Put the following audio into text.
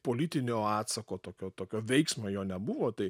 politinio atsako tokio tokio veiksmo jo nebuvo tai